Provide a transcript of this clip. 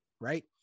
right